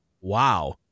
Wow